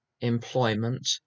employment